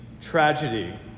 tragedy